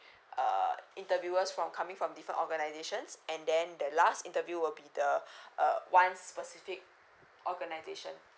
uh interviewers from coming from different organisations and then the last interview will be the uh one specific organisation